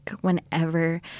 whenever